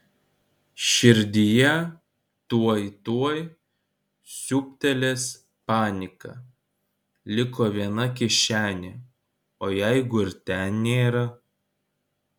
širdyje tuoj tuoj siūbtelės panika liko viena kišenė o jeigu ir ten nėra